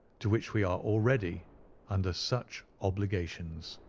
to which we are already under such obligations.